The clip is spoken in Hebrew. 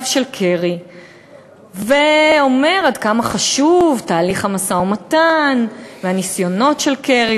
של קרי ואומר עד כמה חשובים תהליך המשא-ומתן והניסיונות של קרי.